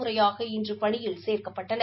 முறையாக இன்று பணியில் சேர்க்கப்பட்டனர்